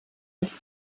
als